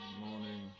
morning